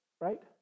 right